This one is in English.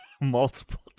multiple